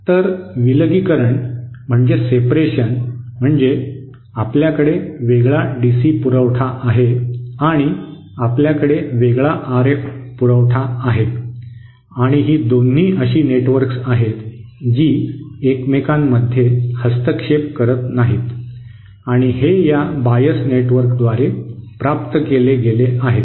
तर विलगीकरण म्हणजे आपल्याकडे वेगळा डीसी पुरवठा आहे आणि आपल्याकडे वेगळा आरएफ पुरवठा आहे आणि ही दोन्ही अशी नेटवर्क्स आहेत जी एकमेकांमध्ये हस्तक्षेप करीत नाहीत आणि हे या बायस नेटवर्कद्वारे प्राप्त केले गेले आहेत